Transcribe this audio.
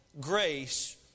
grace